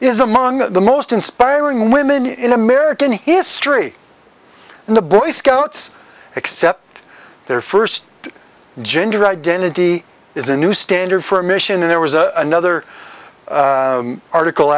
is among the most inspiring women in american history in the boy scouts except their first gender identity is a new standard for a mission and there was a nother article